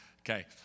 Okay